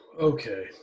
Okay